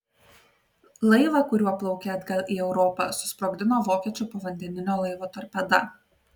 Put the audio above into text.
laivą kuriuo plaukė atgal į europą susprogdino vokiečių povandeninio laivo torpeda